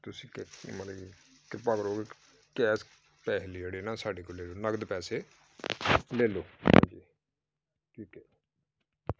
ਤੁਸੀਂ ਕਿ ਮਤਲਬ ਕਿ ਕਿੱਦਾਂ ਕਰੋਗੇ ਕੈਸ਼ ਪੈਸੇ ਲੈਣੇ ਨਾ ਸਾਡੇ ਕੋਲੋਂ ਲੈ ਲਓ ਨਕਦ ਪੈਸੇ ਲੈ ਲਓ ਹਾਂਜੀ ਠੀਕ ਹੈ ਜੀ